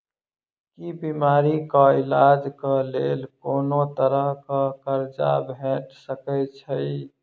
की बीमारी कऽ इलाज कऽ लेल कोनो तरह कऽ कर्जा भेट सकय छई?